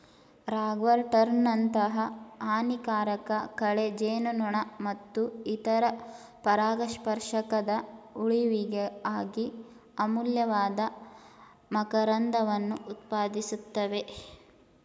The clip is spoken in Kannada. ರಾಗ್ವರ್ಟ್ನಂತಹ ಹಾನಿಕಾರಕ ಕಳೆ ಜೇನುನೊಣ ಮತ್ತು ಇತರ ಪರಾಗಸ್ಪರ್ಶಕದ ಉಳಿವಿಗಾಗಿ ಅಮೂಲ್ಯವಾದ ಮಕರಂದವನ್ನು ಉತ್ಪಾದಿಸ್ತವೆ